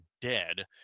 dead